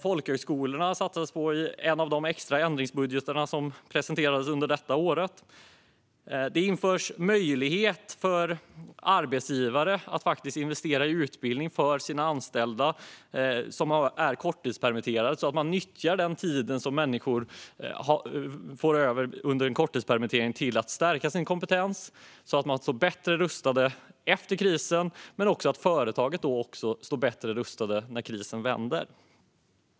Folkhögskolorna satsades det på i en av de extra ändringsbudgetar som presenterades under detta år. Vidare införs det en möjlighet för arbetsgivare att investera i utbildning för anställda som är korttidspermitterade så att man nyttjar den tid som människor får över under en korttidspermittering till att stärka deras kompetens så att såväl de anställda som företaget står bättre rustade efter krisen.